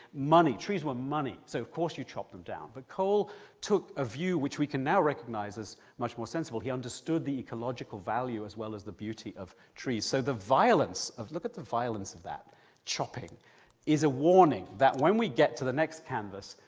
trees were money, so of course you chopped them down, but cole took a view which we can now recognise as much more sensible, he understood the ecological value as well as the beauty of trees. so the violence look at the violence of that chopping is a warning that when we get to the next canvas,